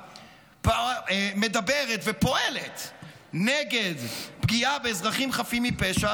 מדברת ופועלת נגד פגיעה באזרחים חפים מפשע,